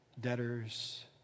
debtors